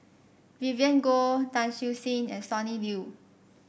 Vivien Goh Tan Siew Sin and Sonny Liew